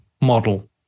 model